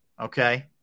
okay